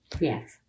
Yes